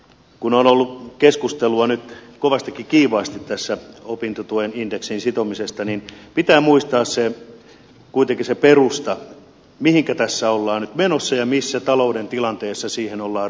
kun on ollut keskustelua nyt kovastikin kiivaasti opintotuen indeksiin sitomisesta niin pitää muistaa kuitenkin se perusta mihinkä tässä ollaan nyt menossa ja missä talouden tilanteessa siihen ollaan ryhtymässä